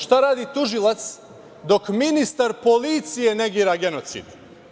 Šta radi tužilac dok ministar policije negira genocid?